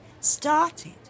started